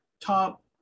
top